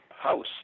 house